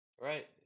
Right